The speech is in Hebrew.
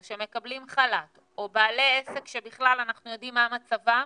שמקבלים חל"ת או בעלי עסק שאנחנו יודעים מה מצבם,